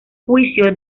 juicio